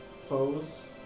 foes